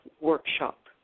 workshop